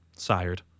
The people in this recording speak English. sired